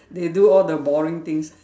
they do all the boring things